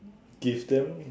give them